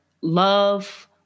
love